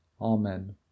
Amen